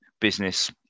business